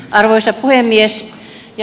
arvoisa puhemies